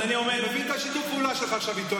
אני מבין את שיתוף הפעולה שלך עכשיו איתו.